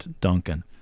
Duncan